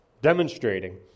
demonstrating